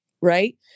right